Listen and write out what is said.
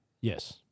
Yes